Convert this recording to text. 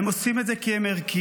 הם עושים את זה כי הם ערכיים.